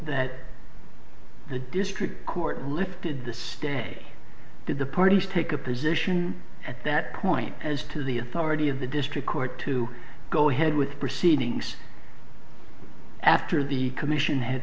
that the district court lifted the statute to the parties take a position at that point as to the authority of the district court to go ahead with the proceedings after the commission had